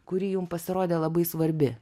kuri jum pasirodė labai svarbi